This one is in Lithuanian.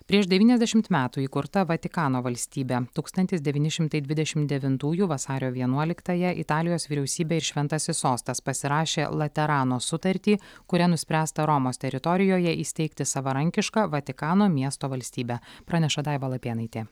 prieš devyniasdešimt metų įkurta vatikano valstybė tūkstantis devyni šimtai dvidešimt devintųjų vasario vienuoliktąją italijos vyriausybė ir šventasis sostas pasirašė laterano sutartį kuria nuspręsta romos teritorijoje įsteigti savarankišką vatikano miesto valstybę praneša daiva lapėnaitė